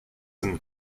them